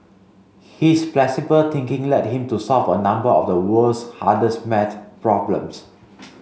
his flexible thinking led him to solve a number of the world's hardest maths problems